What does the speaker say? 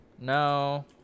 No